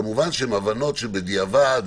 וכמובן שהן הבנות בדיעבד.